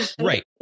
right